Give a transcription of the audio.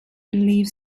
believe